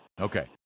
Okay